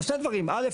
שני דברים: א',